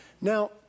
Now